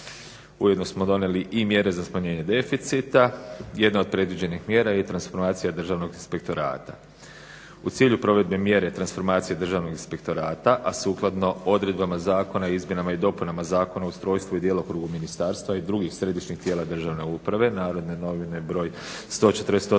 Ujedno smo donijeli i mjere za smanjenje deficita. Jedna od predviđenih mjera je transformacija Državnog inspektorata. U cilju provedbe mjere transformacije Državnog inspektorata a sukladno odredbama Zakona o izmjenama i dopunama Zakona o ustrojstvu i djelokrugu ministarstva i drugih središnjih tijela državne uprave "Narodne novine, br.